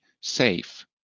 safe